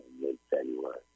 mid-February